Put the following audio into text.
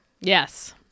Yes